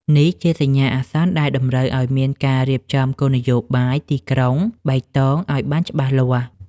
នេះជាសញ្ញាអាសន្នដែលតម្រូវឱ្យមានការរៀបចំគោលនយោបាយទីក្រុងបៃតងឱ្យបានច្បាស់លាស់។